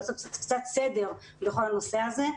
לעשות קצת סדר בכל הנושא הזה.